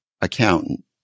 accountant